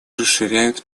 расширяют